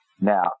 Now